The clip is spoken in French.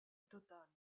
totale